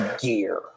gear